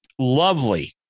Lovely